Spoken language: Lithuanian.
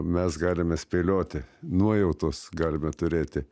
mes galime spėlioti nuojautos galime turėti